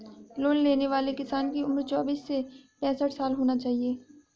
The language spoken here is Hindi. लोन लेने वाले किसान की उम्र चौबीस से पैंसठ साल होना चाहिए